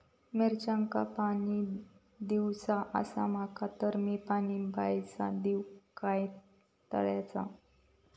मिरचांका पाणी दिवचा आसा माका तर मी पाणी बायचा दिव काय तळ्याचा?